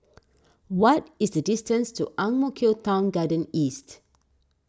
what is the distance to Ang Mo Kio Town Garden East